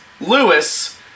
Lewis